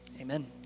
amen